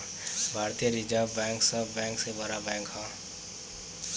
भारतीय reserve bank सब bank से बड़ बैंक ह